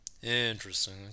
Interesting